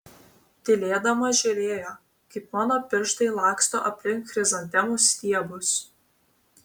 tylėdama žiūrėjo kaip mano pirštai laksto aplink chrizantemų stiebus